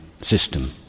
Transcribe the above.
system